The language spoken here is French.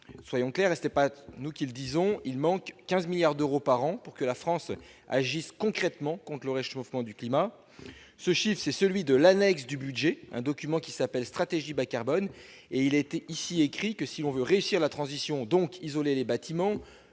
disons, il manque 15 milliards d'euros par an pour que la France agisse concrètement compte le réchauffement du climat, ce chiffre, c'est celui de l'annexe du budget, un document qui s'appelle stratégie bas carbone et